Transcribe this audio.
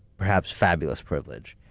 perhaps fabulous privilege,